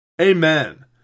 Amen